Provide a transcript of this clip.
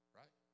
right